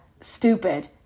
stupid